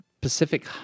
Pacific